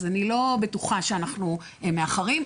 אז אני לא בטוחה שאנחנו מאחרים.